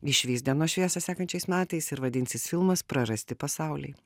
išvys dienos šviesą sekančiais metais ir vadinsis filmas prarasti pasauliai